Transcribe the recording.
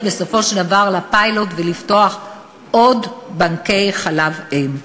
בסופו של דבר לפיילוט ולפתוח עוד בנקי חלב אם.